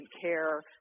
care